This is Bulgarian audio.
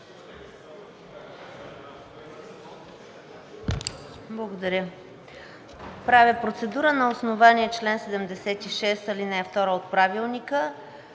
Благодаря. Правя процедура на основание чл. 76, ал. 2 от Правилника